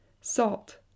salt